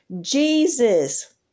Jesus